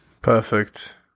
Perfect